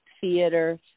theater